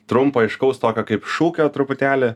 trumpo aiškaus tokio kaip šūkio truputėlį